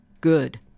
Good